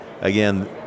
again